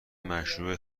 مشروح